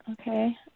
okay